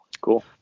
cool